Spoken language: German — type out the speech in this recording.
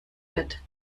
wird